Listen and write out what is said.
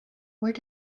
where